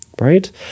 Right